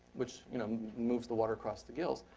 which you know moves the water across the gills.